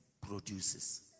produces